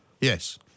Yes